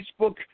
Facebook